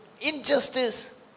Injustice